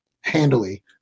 handily